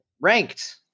Ranked